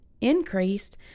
increased